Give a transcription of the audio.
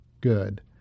Good